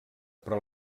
però